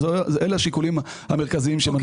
אלה השיקולים המרכזיים שמנחים אותנו.